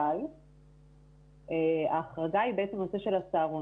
אבל ההחרגה היא בעצם בנושא של הצהרונים,